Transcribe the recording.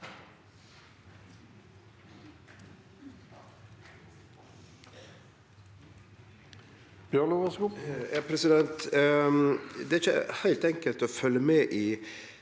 Det er ikkje heilt enkelt å følgje med i